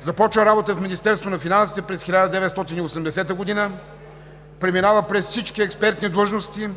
Започва работа в Министерството на финансите през 1980 г. Преминава през всички експертни длъжности,